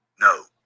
No